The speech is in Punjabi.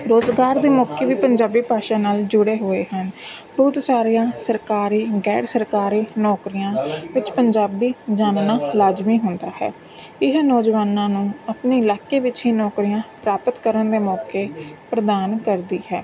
ਰੁਜ਼ਗਾਰ ਦੇ ਮੌਕੇ ਵੀ ਪੰਜਾਬੀ ਭਾਸ਼ਾ ਨਾਲ ਜੁੜੇ ਹੋਏ ਹਨ ਬਹੁਤ ਸਾਰੀਆਂ ਸਰਕਾਰੀ ਗੈਰ ਸਰਕਾਰੀ ਨੌਕਰੀਆਂ ਵਿੱਚ ਪੰਜਾਬੀ ਜਾਨਣਾ ਲਾਜ਼ਮੀ ਹੁੰਦਾ ਹੈ ਇਹ ਨੌਜਵਾਨਾਂ ਨੂੰ ਆਪਣੇ ਇਲਾਕੇ ਵਿੱਚ ਹੀ ਨੌਕਰੀਆਂ ਪ੍ਰਾਪਤ ਕਰਨ ਦੇ ਮੌਕੇ ਪ੍ਰਦਾਨ ਕਰਦੀ ਹੈ